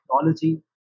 technology